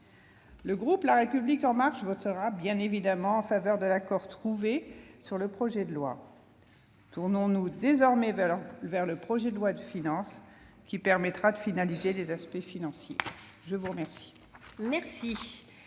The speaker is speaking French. Le groupe La République En Marche votera en faveur de l'accord trouvé sur le présent projet de loi. Tournons-nous désormais vers le projet de loi de finances qui permettra de finaliser les aspects financiers. La parole